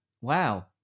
Wow